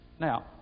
Now